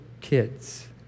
kids